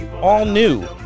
all-new